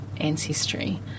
ancestry